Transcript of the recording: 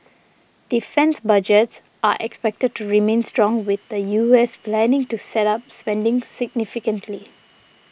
defence budgets are expected to remain strong with the U S planning to step up spending significantly